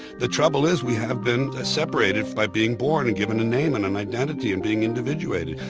the trouble is we have been ah separated by being born and given a name and an identity and being individuated.